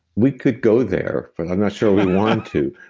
we could go there, but i'm not sure we want to.